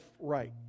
right